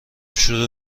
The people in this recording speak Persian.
شروع